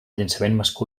llançaments